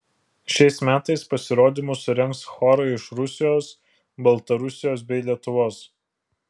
šiais metais pasirodymus surengs chorai iš rusijos baltarusijos bei lietuvos